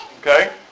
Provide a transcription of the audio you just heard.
Okay